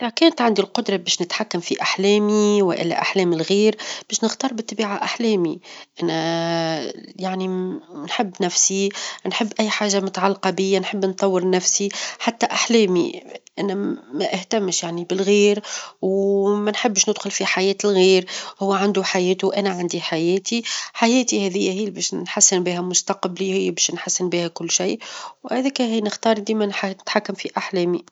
إذا كانت عندي القدرة باش نتحكم في أحلامي والا أحلام الغير، باش نختار بالطبيعة أحلامي، أنا يعني نحب نفسي، نحب أي حاجة متعلقة بيا، نحب نطور نفسي، حتى أحلامي أنا ما اهتمش يعني بالغير، وما نحبش ندخل في حياة الغير، هو عنده حياته، أنا عندي حياتي، حياتي هذي هي اللي باش نحسن بيها مستقبلي، هي باش نحسن بيها كل شي ،وهذيك هي نختار ديما نتحكم في أحلامي.